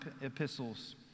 epistles